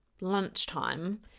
lunchtime